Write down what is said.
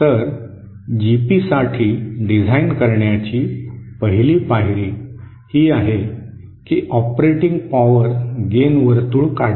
तर जीपीसाठी डिझाइन करण्याची पहिली पायरी ही आहे की ऑपरेटिंग पॉवर गेन वर्तुळ काढणे